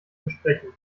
versprechen